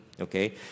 Okay